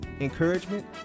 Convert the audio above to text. encouragement